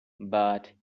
but